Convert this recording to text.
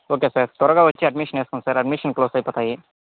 okay sir త్వరగా వస్తే admission వేసుకోండి సార్ అడ్మిషన్ క్లోజ్ అయిపోతాయి